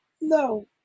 No